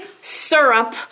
syrup